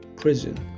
prison